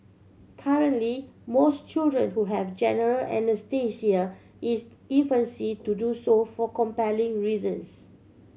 currently most children who have general anaesthesia is infancy to do so for compelling reasons